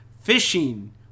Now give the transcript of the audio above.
fishing